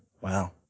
Wow